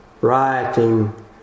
rioting